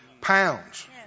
Pounds